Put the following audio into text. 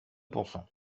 pourcent